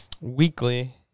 Weekly